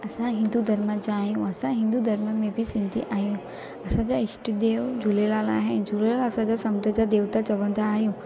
असां हिंदू धर्म जा आहियूं असां हिंदू धर्म में बि सिंधी आहियूं असांजा ईष्ट देव झूलेलाल आहिनि झूलेलाल असांजा समुंड जा देवता चवंदा आहियूं